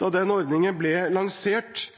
Da den ordningen ble lansert,